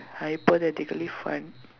hypothetically fun